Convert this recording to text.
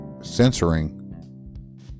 censoring